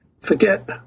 forget